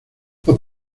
los